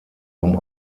vom